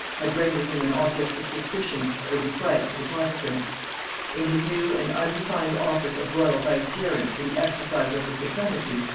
had rendered him an object of suspicion or dislike to the protestants in his new and undefined office of royal vicegerent for the exercise of the supremacy,